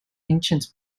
ancient